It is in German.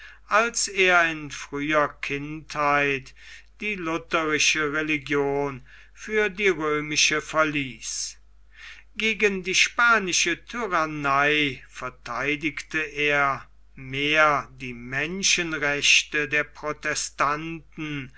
als er in früher kindheit die lutherische religion für die römische verließ gegen die spanische tyrannei vertheidigte er mehr die menschenrechte der protestanten